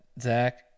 Zach